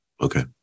Okay